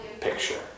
picture